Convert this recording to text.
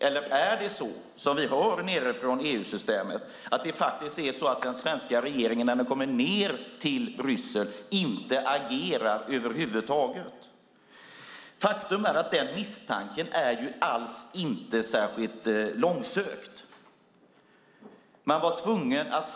Eller är det så, som vi hör från EU-systemet, att den svenska regeringen inte agerar över huvud taget när den kommer ned till Bryssel? Faktum är att den misstanken inte är särskilt långsökt.